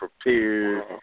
prepared